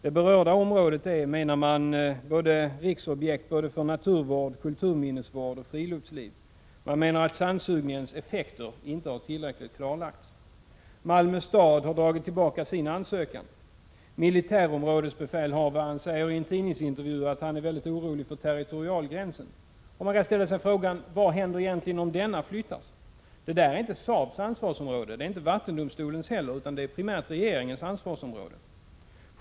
Det berörda området är, menar man, riksobjekt för såväl naturvård och kulturminnesvård som friluftsliv. Man menar att sandsugningens effekter inte har tillräckligt klarlagts. Malmö stad har dragit tillbaka sin ansökan. Militärområdesbefälhavaren säger i en tidningsintervju att han är mycket oroad för territorialgränsen. — Man ställer sig frågan: Vad händer egentligen om denna flyttas? Det är inte Saabs och inte heller vattendomstolens ansvarsområde, utan det är primärt regeringens ansvarsområde.